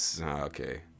okay